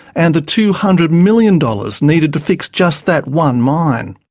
and the two hundred million dollars needed to fix just that one mine.